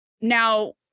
now